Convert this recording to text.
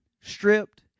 stripped